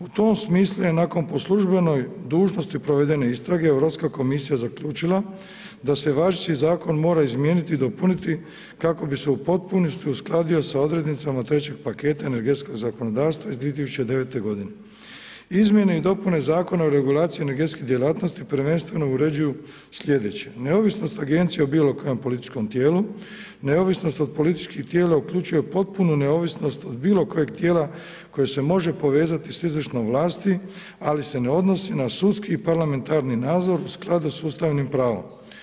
U tom smislu je ionako po službenoj dužnosti provedene istrage Europska komisija zaključila da se važeći zakon mora izmijeniti dopuniti, kako bi se u potpunosti uskladio sa odrednicama trećeg paketa energetskog zakonodavstva iz 2009 g. Izmjene i dopune Zakona o regulaciji energetske djelatnosti, prvenstveno uređuje slijedeće, neovisnost agencije o bilo kojem političkom tijelu, neovisnost od političkih tijela uključuje potpunu neovisnost od bilo kojeg tijela koje može povezati sa izvršnom vlasti, ali se ne odnosi na sudski parlamentarni nadzor u skladu s Ustavnim pravom.